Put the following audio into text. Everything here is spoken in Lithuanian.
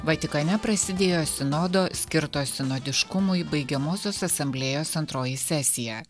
vatikane prasidėjo sinodo skirto sinodiškumui baigiamosios asamblėjos antroji sesija